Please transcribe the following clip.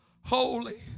Holy